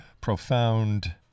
profound